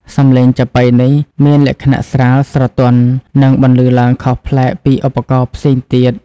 សម្លេងចាបុីនេះមានលក្ខណៈស្រាល ស្រទន់ និងបន្លឺឡើងខុសប្លែកពីឧបករណ៍ផ្សេងទៀត។